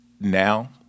now